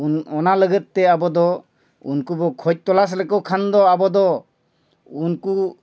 ᱩᱱ ᱚᱱᱟ ᱞᱟᱹᱜᱤᱫ ᱛᱮ ᱟᱵᱚ ᱫᱚ ᱩᱱᱠᱩ ᱵᱚ ᱠᱷᱚᱡ ᱛᱚᱞᱟᱥ ᱞᱮᱠᱚ ᱠᱷᱟᱱ ᱫᱚ ᱟᱵᱚ ᱫᱚ ᱩᱱᱠᱩ